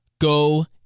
Go